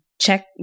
check